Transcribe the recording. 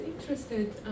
interested